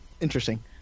Interesting